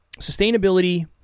sustainability